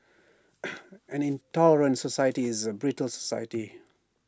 an intolerant society is A brittle society